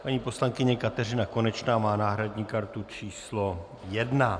Paní poslankyně Kateřina Konečná má náhradní kartu číslo 1.